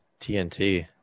TNT